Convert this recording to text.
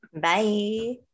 Bye